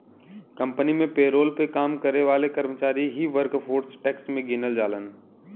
company में payroll पे काम करे वाले कर्मचारी ही वर्कफोर्स टैक्स में गिनल जालन